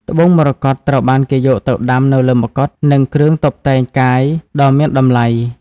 ត្បូងមរកតត្រូវបានគេយកទៅដាំនៅលើមកុដ និងគ្រឿងតុបតែងកាយដ៏មានតម្លៃ។